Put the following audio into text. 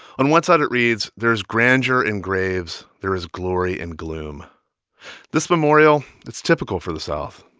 on one side, it reads, there's grandeur in graves there is glory in gloom this memorial it's typical for the south.